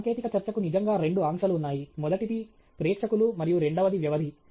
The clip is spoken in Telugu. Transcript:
సాంకేతిక చర్చకు నిజంగా రెండు ఆంక్షలు ఉన్నాయి మొదటిది ప్రేక్షకులు మరియు రెండవది వ్యవధి